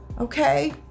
Okay